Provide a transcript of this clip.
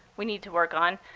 we need to work on.